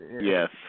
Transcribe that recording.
Yes